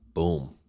Boom